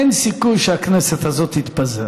אין סיכוי שהכנסת הזאת תתפזר.